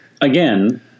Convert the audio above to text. Again